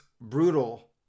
brutal